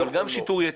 אבל גם שיטור יתר,